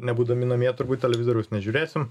nebūdami namie turbūt televizoriaus nežiūrėsim